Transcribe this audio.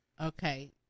okay